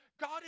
God